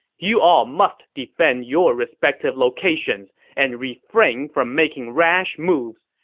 you all must defend your respective locations and refrain from making rash moves.